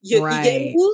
Right